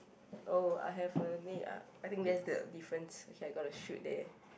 oh I have a uh I think that's the difference okay I gotta shoot there